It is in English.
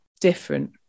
different